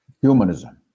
humanism